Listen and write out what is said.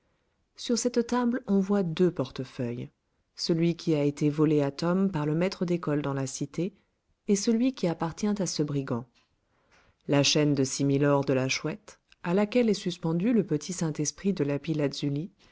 sur cette table on voit deux portefeuilles celui qui a été volé à tom par le maître d'école dans la cité et celui qui appartient à ce brigand la chaîne de similor de la chouette à laquelle est suspendu le petit saint-esprit de lapis-lazuli